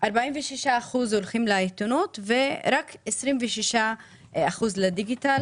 46% הולכים לעיתונות ורק 26% לדיגיטל